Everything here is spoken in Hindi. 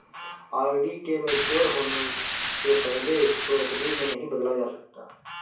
आर.डी के मेच्योर होने से पहले इसको एफ.डी में नहीं बदला जा सकता